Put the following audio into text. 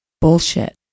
bullshit